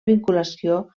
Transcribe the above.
vinculació